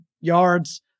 yards